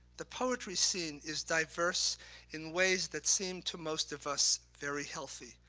the poetry scene is diverse in ways that seem to most of us very healthy.